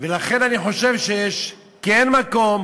לכן אני חושב שיש כן מקום